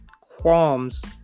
qualms